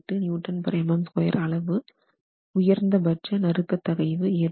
018 MPa அளவு உயர்ந்த பட்ச நறுக்க தகைவு ஏற்படும்